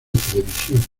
televisión